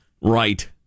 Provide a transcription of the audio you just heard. Right